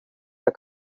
der